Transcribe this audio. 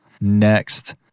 Next